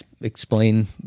explain